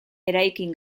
eraikin